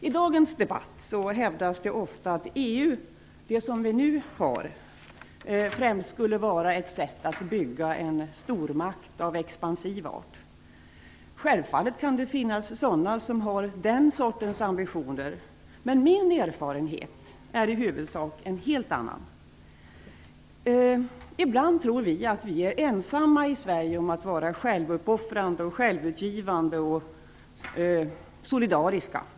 I dagens debatt hävdas det ofta att EU, som vi nu har, främst skulle vara ett sätt att bygga en stormakt av expansiv art. Självfallet kan det finnas sådana som har den sortens ambitioner. Men min erfarenhet är i huvudsak en helt annan. Ibland tror vi att vi i Sverige är ensamma om att vara självuppoffrande, självutgivande och solidariska.